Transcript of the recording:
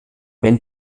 wenn